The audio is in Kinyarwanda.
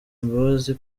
imbabazi